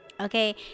okay